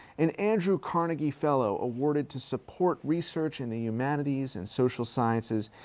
an andrew carnegie fellow awarded to support research in the humanities and social sciences,